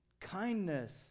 kindness